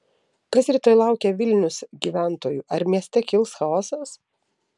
kas rytoj laukia vilnius gyventojų ar mieste kils chaosas